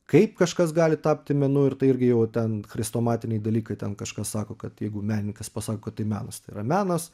kaip kažkas gali tapti menu ir tai irgi jau ten chrestomatiniai dalykai ten kažkas sako kad jeigu menininkas pasako kad tai melas tai yra menas